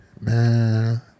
man